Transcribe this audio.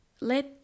let